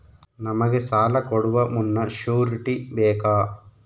ನಮಗೆ ಸಾಲ ಕೊಡುವ ಮುನ್ನ ಶ್ಯೂರುಟಿ ಬೇಕಾ?